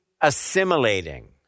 assimilating